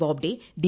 Bobde D